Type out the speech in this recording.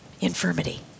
infirmity